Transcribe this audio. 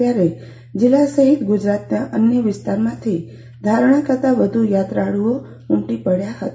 ત્યારે જીલ્લા સફીત ગુજરાતના અન્ય વિસ્તારોમાંથી ધારણા કરતા વધુ થાત્રાળુઓ ઉઅમતિ પડ્યા હતા